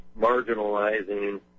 marginalizing